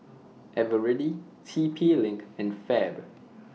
Eveready T P LINK and Fab